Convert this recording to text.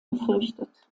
gefürchtet